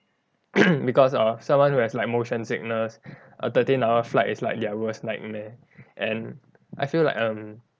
because of someone who has like motion sickness a thirteen hour flight is like their worst nightmare and I feel like um